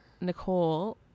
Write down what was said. Nicole